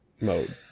mode